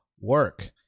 work